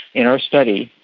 in our study,